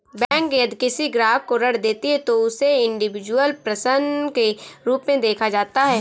bank यदि किसी ग्राहक को ऋण देती है तो उसे इंडिविजुअल पर्सन के रूप में देखा जाता है